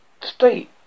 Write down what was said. state